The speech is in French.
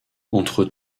entre